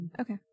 Okay